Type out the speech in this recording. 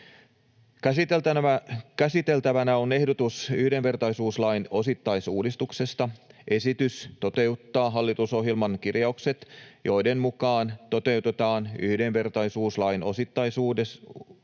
Käsiteltävänä on ehdotus yhdenvertaisuuslain osittaisuudistuksesta. Esitys toteuttaa hallitusohjelman kirjaukset, joiden mukaan toteutetaan yhdenvertaisuuslain osittaisuudistus sekä